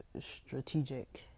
strategic